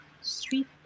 Street